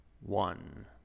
one